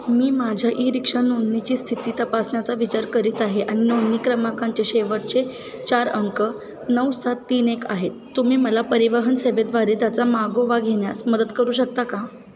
मी माझ्या e rickshaw नोंदणीची स्थिती तपासण्याचा विचार करीत आहे आणि नोंदणी क्रमांकांचे शेवटचे चार अंक नऊ सात तीन एक आहे तुम्ही मला परिवहन सवेद्वारे त्याचा मागोवा घेण्यास मदत करू शकता का